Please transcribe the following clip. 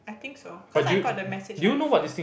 I think so cause I got the message on the phone